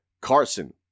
Carson